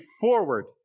forward